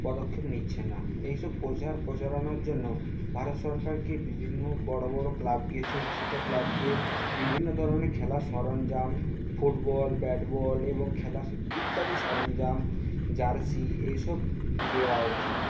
পদক্ষেপ নিচ্ছে না এই সব প্রচার প্রচারণার জন্য ভারত সরকারকে বিভিন্ন বড়ো বড়ো ক্লাবকে ছোটো ছোটো ক্লাবকে বিভিন্ন ধরণের খেলার সরঞ্জাম ফুটবল ব্যাট বল এবং খেলার ইত্যাদি সরঞ্জাম জার্সি এই সব দেওয়া উচিত